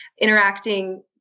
interacting